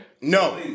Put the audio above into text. No